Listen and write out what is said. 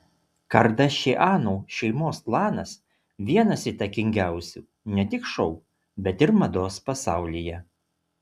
kardašianų šeimos klanas vienas įtakingiausių ne tik šou bet ir mados pasaulyje